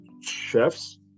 chefs